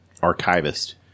archivist